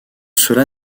cela